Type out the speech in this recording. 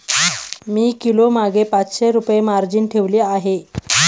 मी किलोमागे पाचशे रुपये मार्जिन ठेवली आहे